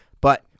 but-